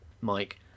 Mike